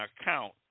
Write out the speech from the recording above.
account